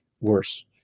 worse